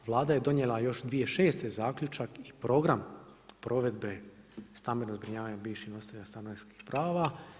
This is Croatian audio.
Vlada je donijela još 2006. zaključak i program provedbe stambenog zbrinjavanja bivšim nositeljima stanarskih prava.